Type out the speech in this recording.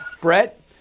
Brett